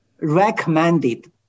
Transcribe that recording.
recommended